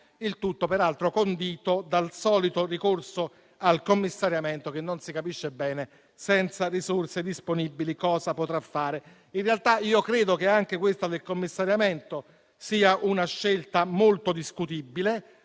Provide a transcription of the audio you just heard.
Il tutto peraltro condito dal solito ricorso al commissariamento, che non si capisce bene cosa potrà fare senza risorse disponibili. In realtà, credo che anche questa del commissariamento sia una scelta molto discutibile,